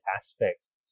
aspects